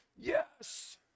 yes